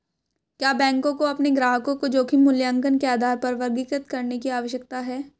क्या बैंकों को अपने ग्राहकों को जोखिम मूल्यांकन के आधार पर वर्गीकृत करने की आवश्यकता है?